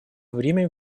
время